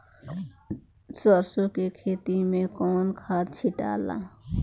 सरसो के खेती मे कौन खाद छिटाला?